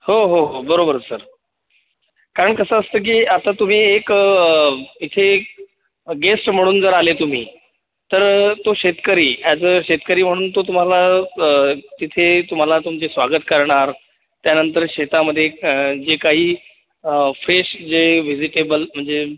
हो हो हो बरोबर सर कारण कसं असतं की आता तुम्ही एक इथे गेस्त म्हणून जर आले तुम्ही तर तो शेतकरी अॅज अ शेतकरी म्हणून तो तुम्हाला तिथे तुम्हाला तुमचे स्वागत करणार त्यानंतर शेतामध्ये जे काई फ्रेश जे व्हेजिटेबल म्हणजे